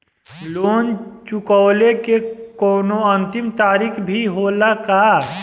Loan चुकवले के कौनो अंतिम तारीख भी होला का?